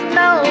no